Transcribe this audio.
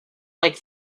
like